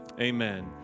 amen